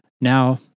Now